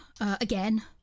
Again